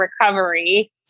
recovery